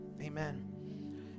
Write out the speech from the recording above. amen